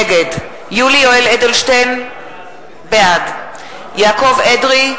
נגד יולי יואל אדלשטיין בעד יעקב אדרי,